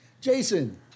Jason